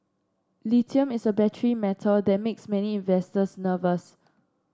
lithium is a battery metal that makes many investors nervous